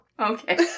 Okay